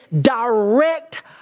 direct